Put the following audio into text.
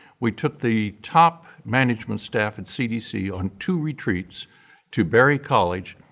we took the top management staff at cdc on two retreats to berry college,